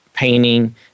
painting